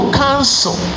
cancel